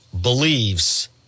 believes